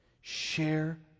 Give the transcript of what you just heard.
share